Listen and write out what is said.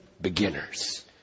beginners